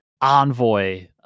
Envoy